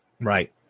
Right